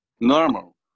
Normal